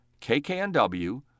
KKNW